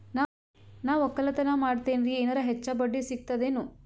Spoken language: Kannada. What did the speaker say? ನಾ ಒಕ್ಕಲತನ ಮಾಡತೆನ್ರಿ ಎನೆರ ಹೆಚ್ಚ ಬಡ್ಡಿ ಸಿಗತದೇನು?